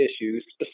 issues